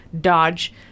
dodge